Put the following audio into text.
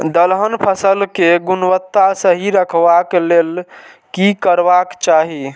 दलहन फसल केय गुणवत्ता सही रखवाक लेल की करबाक चाहि?